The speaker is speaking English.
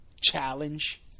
challenge